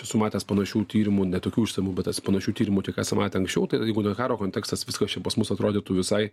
esu matęs panašių tyrimų ne tokių išsamių bet tas panašių tyrimų tiek esam matę anksčiau tai jeigu ne karo kontekstas viskas čia pas mus atrodytų visai